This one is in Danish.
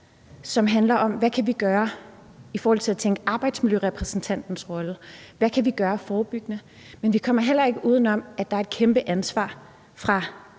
både handler om, hvad vi kan gøre i forhold til at tænke arbejdsmiljørepræsentantens rolle, og hvad vi kan gøre forebyggende, men vi kommer heller ikke uden om, at der er et kæmpe ansvar fra